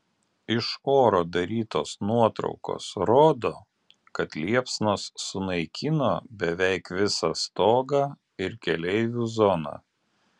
iš oro darytos nuotraukos rodo kad liepsnos sunaikino beveik visą stogą ir keleivių zoną